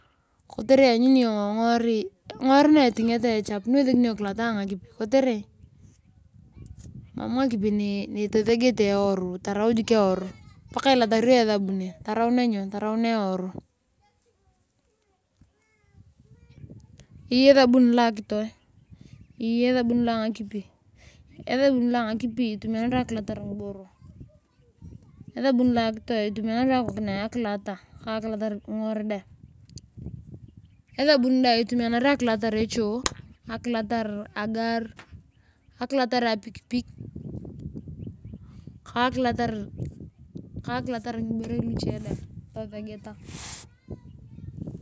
Kotere lanyuni iyong nguonii nietingata echap niwesekini iyong kilata angakip kotere mam ngakipi nitesegete eworii taraujuk eworu paka ilatari iyong esabuni taraunea eworu. Eyei esabuni lo akitoe. eyei esabuni lo angakip. esabuni lo angakipi itumianario akilasia ngiboro. esabuni lo akitoe itumiario echoo agari dae. akulatar apikpik ka akulatar ngibere luche dae tosegete